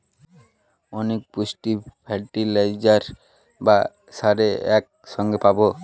অনেক পুষ্টি ফার্টিলাইজার বা সারে এক সঙ্গে পাবো